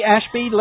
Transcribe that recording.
Ashby